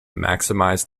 maximize